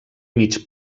mig